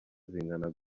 zingana